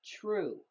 True